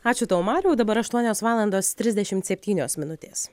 ačiū tau mariau dabar aštuonios valandos trisdešimt septynios minutės